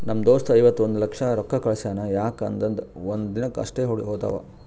ನಮ್ ದೋಸ್ತ ಇವತ್ ಒಂದ್ ಲಕ್ಷ ರೊಕ್ಕಾ ಕಳ್ಸ್ಯಾನ್ ಯಾಕ್ ಅಂದುರ್ ಒಂದ್ ದಿನಕ್ ಅಷ್ಟೇ ಹೋತಾವ್